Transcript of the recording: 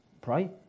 pray